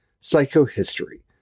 Psychohistory